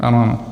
Ano.